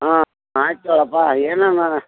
ಹಾಂ ಆಯ್ತು ತಗೋಳಪ್ಪ ಏನೇನನ